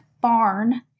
barn